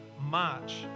March